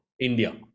India